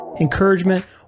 encouragement